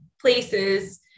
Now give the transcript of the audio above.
places